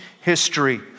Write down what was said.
history